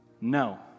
No